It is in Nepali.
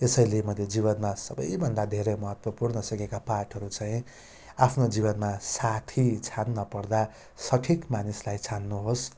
यसैले मैले जीवनमा सबैभन्दा धेरै महत्त्वपूर्ण सिकेका पाठहरू चाहिँ आफ्नो जीवनमा साथी छान्नपर्दा सठिक मानिसलाई छान्नुहोस्